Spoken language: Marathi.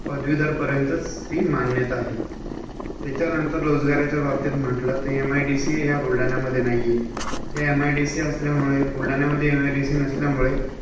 पदवीधरपर्यंतच ती मानण्यात आहे त्याच्यानंतर रोजगाराच्या बाबतीत म्हटलं ते एम आय डी सी ह्या बुलढाण्यामध्ये नाही आहे या एम आय डी सी असल्यामुळे बुलढाण्यामध्ये एम आय डी सी नसल्यामुळे